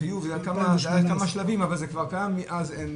החיוב היה בכמה שלבים, אבל זה כבר קיים ומאז אין